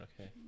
okay